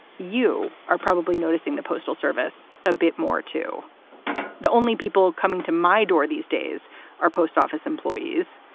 you are probably noticing the postal service a bit more to the only people coming to my door these days are post office employees.